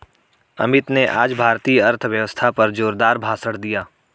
अमित ने आज भारतीय अर्थव्यवस्था पर जोरदार भाषण दिया